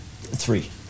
Three